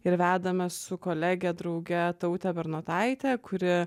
ir vedame su kolege drauge taute bernotaitė kuri